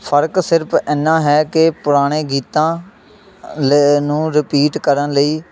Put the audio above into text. ਫਰਕ ਸਿਰਫ ਐਨਾ ਹੈ ਕਿ ਪੁਰਾਣੇ ਗੀਤਾਂ ਲ ਨੂੰ ਰਿਪੀਟ ਕਰਨ ਲਈ